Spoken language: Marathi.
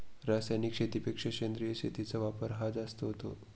रासायनिक शेतीपेक्षा सेंद्रिय शेतीचा वापर हा जास्त होतो